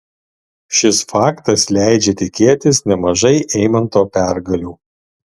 šis faktas leidžia tikėtis nemažai eimanto pergalių